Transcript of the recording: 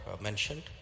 mentioned